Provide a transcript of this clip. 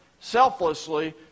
selflessly